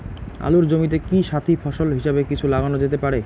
আলুর জমিতে কি সাথি ফসল হিসাবে কিছু লাগানো যেতে পারে?